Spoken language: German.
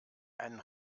einen